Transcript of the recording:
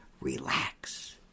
Relax